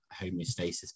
homeostasis